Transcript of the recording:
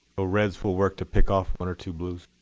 ah reds for work to pick off one or two blues.